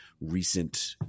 recent